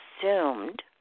Assumed